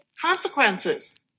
consequences